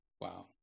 Wow